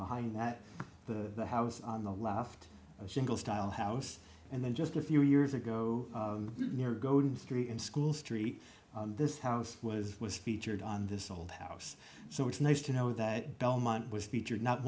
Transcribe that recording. behind that the house on the left a single style house and then just a few years ago near golden three in school street this house was was featured on this old house so it's nice to know that belmont was featured not